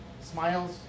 Smiles